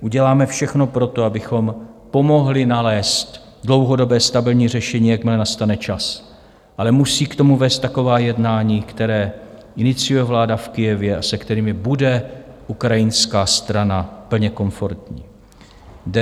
Uděláme všechno pro to, abychom pomohli nalézt dlouhodobé stabilní řešení, jakmile nastane čas, ale musí k tomu vést taková jednání, která iniciuje vláda v Kyjevě a se kterými bude ukrajinská strana plně komfortní.